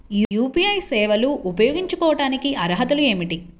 UPI సేవలు ఉపయోగించుకోటానికి అర్హతలు ఏమిటీ?